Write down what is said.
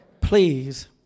please